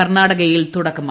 കർണാടകയിൽ തുടക്കമായി